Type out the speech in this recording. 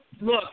look